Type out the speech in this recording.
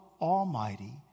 Almighty